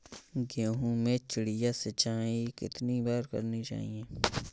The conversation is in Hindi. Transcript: गेहूँ में चिड़िया सिंचाई कितनी बार करनी चाहिए?